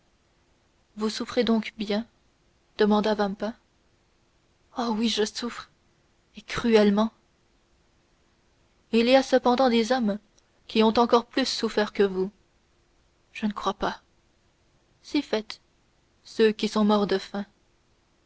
vous souffrez donc bien demanda vampa oh oui je souffre et cruellement il y a cependant des hommes qui ont encore plus souffert que vous je ne crois pas si fait ceux qui sont morts de faim